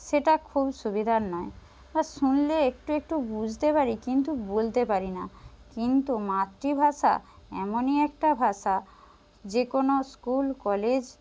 সেটা খুব সুবিধার নয় বা শুনলে একটু একটু বুঝতে পারি কিন্তু বলতে পারি না কিন্তু মাতৃভাষা এমনই একটা ভাষা যে কোনো স্কুল কলেজ